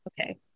okay